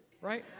right